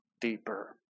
deeper